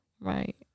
Right